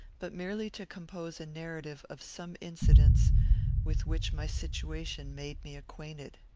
but merely to compose a narrative of some incidents with which my situation made me acquainted.